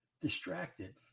distracted